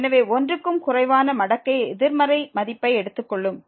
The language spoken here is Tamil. எனவே 1 க்கும் குறைவான மடக்கை எதிர்மறை மதிப்பை எடுத்துக் கொள்ளும்